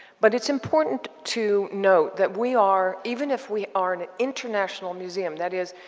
but it's important to note that we are, even if we are an international museum that is,